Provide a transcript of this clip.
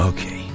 Okay